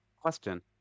question